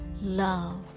love